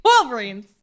Wolverines